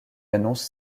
annonce